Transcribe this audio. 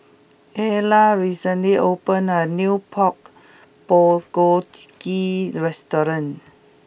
Ayla recently opened a new Pork Bulgogi restaurant